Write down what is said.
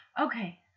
Okay